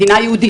מדינה יהודית,